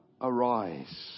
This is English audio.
Arise